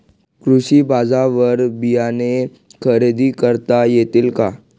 कृषी बाजारवर बियाणे खरेदी करता येतील का?